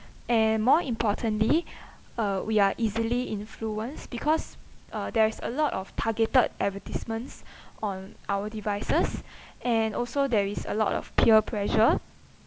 and more importantly uh we are easily influenced because uh there's a lot of targeted advertisements on our devices and also there is a lot of peer pressure